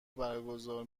برگزار